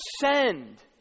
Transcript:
send